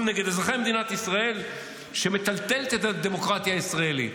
נגד אזרחי מדינת ישראל שמטלטלת את הדמוקרטיה הישראלית.